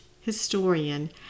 historian